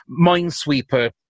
Minesweeper